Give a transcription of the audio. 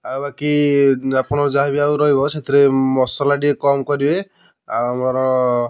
ଆଉ ବାକି ଆପଣ ଯାହାବି ଆଉ ରହିବ ସେଥିରେ ମସଲା ଟିକେ କମ୍ କରିବେ ଆଉ ଆମର